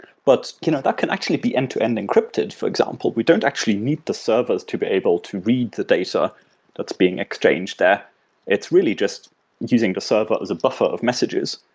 but you know that can actually be end-to-end encrypted, for example. we don't actually need the servers to be able to read the data that's being exchanged there it's really just using the server as a buffer of messages.